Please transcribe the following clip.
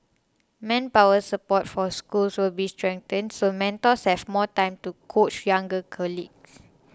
manpower support for schools will be strengthened so mentors have more time to coach younger colleagues